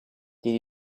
did